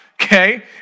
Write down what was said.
Okay